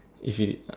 if he did uh